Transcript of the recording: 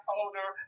older